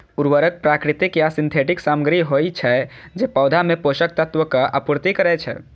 उर्वरक प्राकृतिक या सिंथेटिक सामग्री होइ छै, जे पौधा मे पोषक तत्वक आपूर्ति करै छै